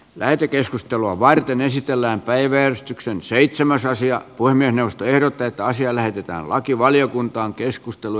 lähetekeskustelua varten esitellään päivystyksen seitsemäs asia on puhemiesneuvosto ehdottaa että asia lähetetään lakivaliokuntaan